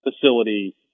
facility